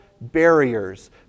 barriers